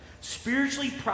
Spiritually